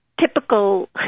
typical